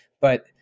but-